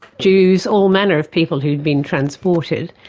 jews all manner of people who'd been transported.